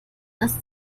das